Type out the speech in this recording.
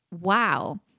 wow